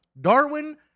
Darwin